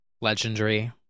Legendary